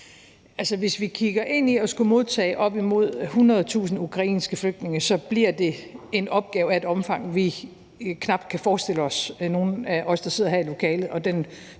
hvis vi kigger ind i at skulle modtage op imod 100.000 ukrainske flygtninge, bliver det en opgave af et omfang, som vi, der sidder